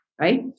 right